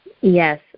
Yes